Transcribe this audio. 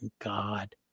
God